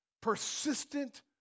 persistent